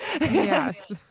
Yes